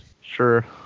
Sure